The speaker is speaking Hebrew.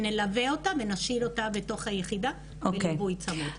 אנחנו נלווה אותה ואנחנו נשאיר אותה בתוך היחידה ובליווי צמוד.